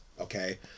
okay